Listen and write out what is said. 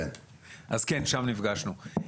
שם נפגשנו.